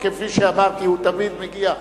כפי שאמרתי, הוא תמיד מגיע,